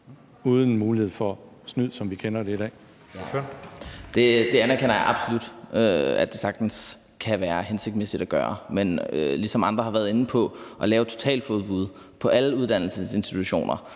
uden mulighed for snyd, som vi kender det i dag?